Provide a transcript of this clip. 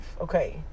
okay